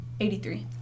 83